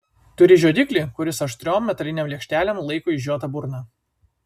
turi žiodiklį kuris aštriom metalinėm lėkštelėm laiko išžiotą burną